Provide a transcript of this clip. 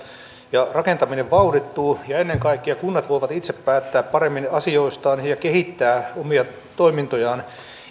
ja rakentaminen vauhdittuu ja ennen kaikkea kunnat voivat itse päättää paremmin asioistaan ja kehittää omia toimintojaan